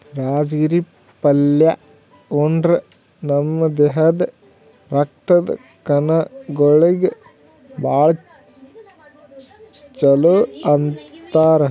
ರಾಜಗಿರಿ ಪಲ್ಯಾ ಉಂಡ್ರ ನಮ್ ದೇಹದ್ದ್ ರಕ್ತದ್ ಕಣಗೊಳಿಗ್ ಭಾಳ್ ಛಲೋ ಅಂತಾರ್